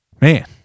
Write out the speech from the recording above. man